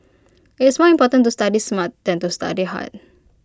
IT is more important to study smart than to study hard